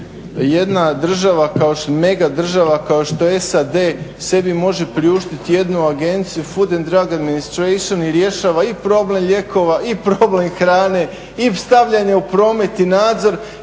megadržava kao što je SAD sebi može priuštit jednu agenciju "Food and drug administration" i rješava i problem lijekova i problem hrane i stavljanje u promet i nadzor.